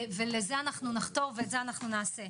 לזה אנחנו נחתור ואת זה אנחנו נעשה.